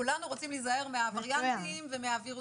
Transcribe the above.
כולנו רוצים להיזהר מהווריאנטים ומהווירוסים.